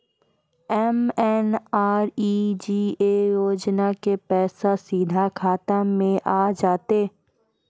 MNREGA योजना के पैसा सीधा खाता मे आ जाते?